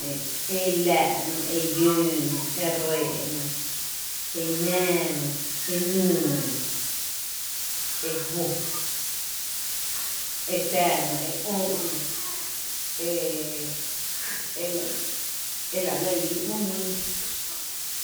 Ë e láá’ nɇ e llöö nɇ, e réé’ nɇ, e náa nɇ, e nüü nɇ, e juo, e tⱥⱥ nɇ e ö’ nɇ, e e la, e la lɇ líi ‘mó ñíi.